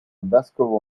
vescovo